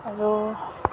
আৰু